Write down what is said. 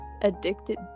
addicted